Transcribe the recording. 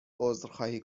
عذرخواهی